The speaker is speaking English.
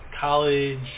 college